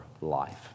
life